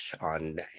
on